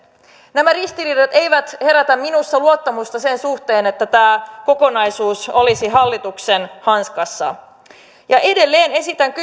nämä ristiriidat eivät herätä minussa luottamusta sen suhteen että tämä kokonaisuus olisi hallituksen hanskassa edelleen esitän